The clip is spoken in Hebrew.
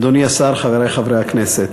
אדוני השר, חברי חברי הכנסת,